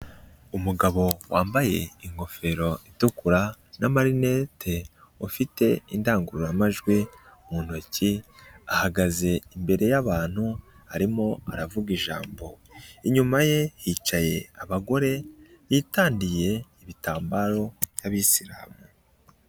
Umugabo wambaye ingofero itukura n'amarinete ufite indangururamajwi mu ntoki ahagaze imbere y'abantu arimo aravuga ijambo, inyuma ye hicaye abagore bitandiye ibitambaro by'abisilamu.